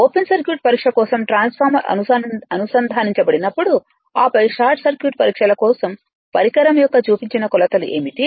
open circuit పరీక్ష కోసం transformer అనుసంధానించబడినప్పుడు ఆపై షార్ట్ సర్క్యూట్ పరీక్షల కోసం పరికరం యొక్క చూపించిన కొలతలు ఏమిటి